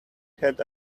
had